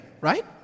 right